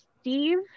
Steve